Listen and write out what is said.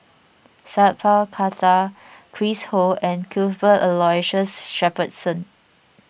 Sat Pal Khattar Chris Ho and Cuthbert Aloysius Shepherdson